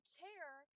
care